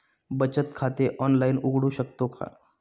बचत खाते ऑनलाइन उघडू शकतो का?